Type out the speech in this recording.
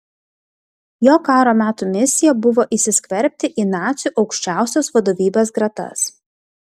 jo karo metų misija buvo įsiskverbti į nacių aukščiausios vadovybės gretas